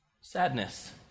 sadness